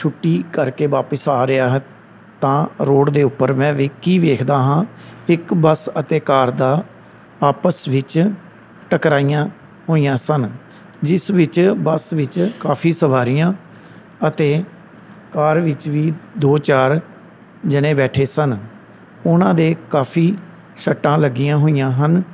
ਛੁੱਟੀ ਕਰਕੇ ਵਾਪਸ ਆ ਰਿਹਾ ਤਾਂ ਰੋਡ ਦੇ ਉੱਪਰ ਮੈਂ ਵੇ ਕੀ ਵੇਖਦਾ ਹਾਂ ਇੱਕ ਬੱਸ ਅਤੇ ਕਾਰ ਦਾ ਆਪਸ ਵਿੱਚ ਟਕਰਾਈਆਂ ਹੋਈਆਂ ਸਨ ਜਿਸ ਵਿੱਚ ਬੱਸ ਵਿੱਚ ਕਾਫੀ ਸਵਾਰੀਆਂ ਅਤੇ ਕਾਰ ਵਿੱਚ ਵੀ ਦੋ ਚਾਰ ਜਣੇ ਬੈਠੇ ਸਨ ਉਹਨਾਂ ਦੇ ਕਾਫੀ ਸੱਟਾਂ ਲੱਗੀਆਂ ਹੋਈਆਂ ਹਨ